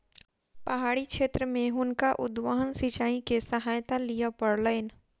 पहाड़ी क्षेत्र में हुनका उद्वहन सिचाई के सहायता लिअ पड़लैन